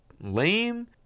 lame